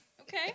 Okay